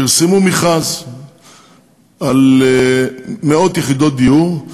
פרסמו מכרז על מאות יחידות דיור.